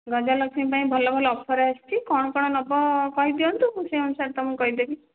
ଗଜଲକ୍ଷ୍ମୀ ପାଇଁ ଭଲ ଭଲ ଅଫର୍ ଆସିଛି କ'ଣ କ'ଣ ନେବ କହିଦିଅନ୍ତୁ ମୁଁ ସେହି ଅନୁସାରେ ତୁମକୁ କହିଦେବି